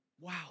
Wow